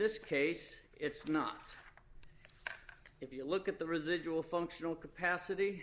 this case it's not if you look at the residual functional capacity